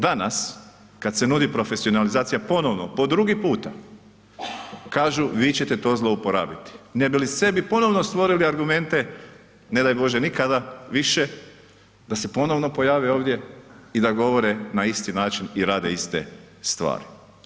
Danas kad se nudi profesionalizacija ponovno, po drugi puta, kažu vi ćete to zlouporabiti ne bi li sebi ponovno stvorili argumente, ne daj bože nikada više da se ponovno pojave ovdje i da govore na isti način i rade iste stvari.